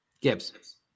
Gibbs